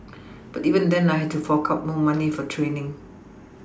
but even then I had to fork out more money for training